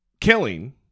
killing